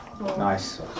Nice